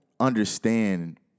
Understand